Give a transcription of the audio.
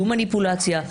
שום מניפולציה,